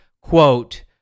quote